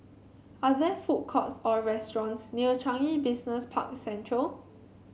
are there food courts or restaurants near Changi Business Park Central